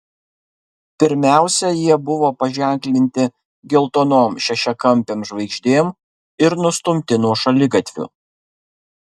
pirmiausia jie buvo paženklinti geltonom šešiakampėm žvaigždėm ir nustumti nuo šaligatvių